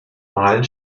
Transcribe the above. wahlen